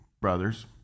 Brothers